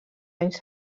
anys